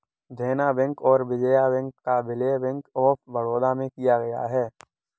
देना बैंक और विजया बैंक का विलय बैंक ऑफ बड़ौदा में किया गया है